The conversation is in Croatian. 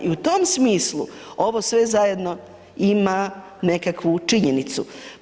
I u tom smislu, ovo sve zajedno, ima nekakvu činjenicu.